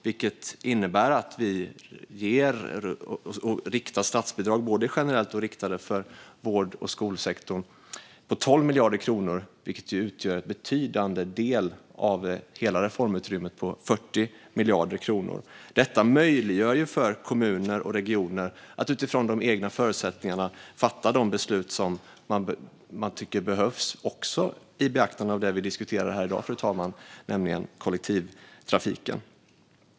Det innebär att vi riktar statsbidrag både generellt och direkt till vård och skolsektorn på 12 miljarder kronor, vilket utgör en betydande del av hela reformutrymmet på 40 miljarder kronor. Detta möjliggör för kommuner och regioner att utifrån de egna förutsättningarna fatta de beslut som de anser behövs i beaktande av det vi diskuterar här i dag, nämligen kollektivtrafiken.